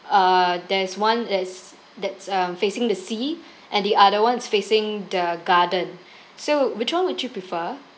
uh there's one is that's um facing the sea and the other one's facing the garden so which one would you prefer